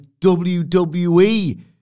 WWE